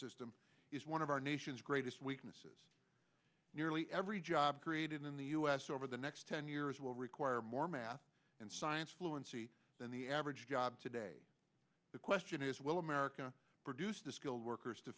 system is one of our nation's greatest weaknesses nearly every job created in the u s over the next ten years will require more math and science fluency than the average job today the question is will america produce the skilled workers to